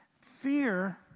fear